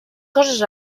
coses